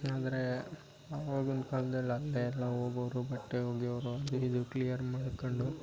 ಅಂದರೆ ಅವಾಗಿನ ಕಾಲ್ದಲ್ಲಿ ಅಂದರೆ ಎಲ್ಲ ಹೋಗೋರು ಬಟ್ಟೆ ಒಗೆಯೋವ್ರು ಅದು ಇದು ಕ್ಲಿಯರ್ ಮಾಡ್ಕೊಂಡು